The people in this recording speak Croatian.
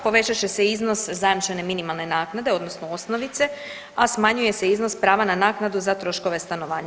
Povećat će se iznos zajamčene minimalne naknade odnosno osnovice, a smanjuje se iznos prava na naknadu za troškove stanovanja.